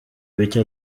bike